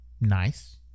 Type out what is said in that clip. nice